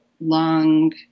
long